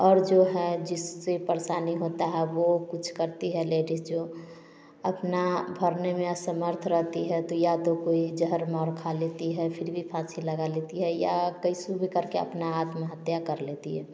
और जो हैं जिससे परेशानी होता है वो कुछ करती है लेडीस जो अपना भरने में असमर्थ रहती है तो या तो कोई जहर माउर खा लेती है फिर भी फाँसी लगा लेती है या कैसे भी करके अपना आत्महत्या कर लेती है